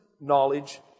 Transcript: knowledge